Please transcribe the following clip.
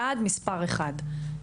יעד מספר אחד,